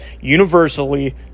universally